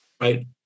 right